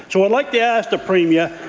so would like to ask the premier,